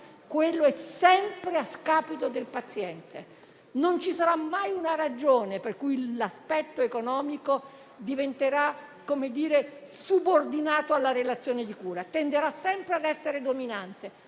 cura, è sempre a scapito del paziente. Non ci sarà mai una ragione per cui l'aspetto economico diventerà subordinato alla relazione di cura; tenderà sempre a essere dominante.